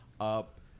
up